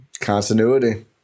Continuity